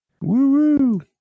Woo